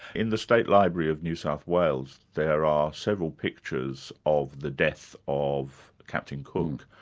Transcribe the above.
in the state library of new south wales there are several pictures of the death of captain cook,